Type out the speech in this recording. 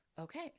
Okay